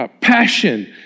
passion